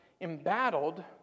embattled